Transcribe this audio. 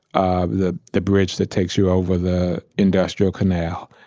ah the the bridge that takes you over the industrial canal.